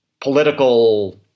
political